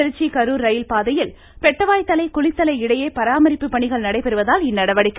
திருச்சி கரூர் ரயில்பாதையில் பெட்டவாய்த்தலை குளித்தலை இடையே பராமரிப்பு பணிகள் நடைபெறுவதால் இந்நடவடிக்கை